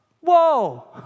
Whoa